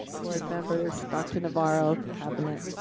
board members, dr. navarro, cabinet.